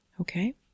Okay